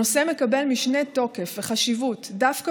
הנושא מקבל משנה תוקף וחשיבות דווקא